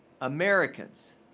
Americans